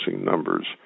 numbers